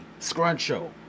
Scruncho